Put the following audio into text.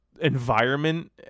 environment